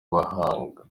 bahanga